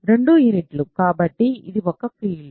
రెండూ యూనిట్లు కాబట్టి ఇది ఒక ఫీల్డ్